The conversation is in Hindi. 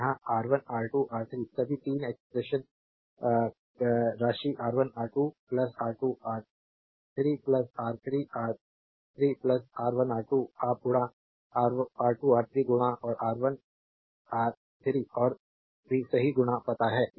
यहां R1 R2 R3 सभी 3 एक्सप्रेशन क्या राशि R1 R2 plus R2 R3 plus R3 R3 R3 R1R2 आप गुणा R2 R3 गुणा और R1R3 और भी सही गुणा पता है